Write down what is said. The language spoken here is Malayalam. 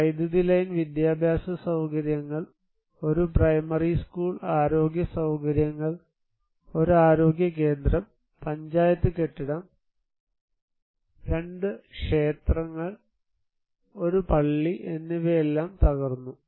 വൈദ്യുതി ലൈൻ വിദ്യാഭ്യാസ സൌകര്യങ്ങൾ ഒരു പ്രൈമറി സ്കൂൾ ആരോഗ്യ സൌകര്യങ്ങൾ ഒരു ആരോഗ്യ കേന്ദ്രം പഞ്ചായത്ത് കെട്ടിടം രണ്ട് ക്ഷേത്രങ്ങൾ ഒരു പള്ളി എന്നിവയെല്ലാം തകർന്നു